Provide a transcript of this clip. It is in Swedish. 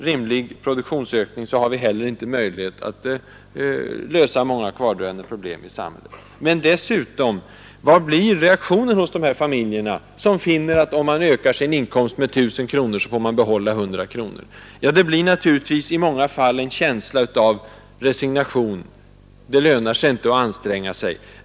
Därtill kommer: Vad blir reaktionen hos dessa familjer som finner att om man ökar sin inkomst med 1 000 kronor, får man behålla 100? Jo, naturligtvis i många fall en känsla av resignation. Det lönar sig inte att anstränga sig.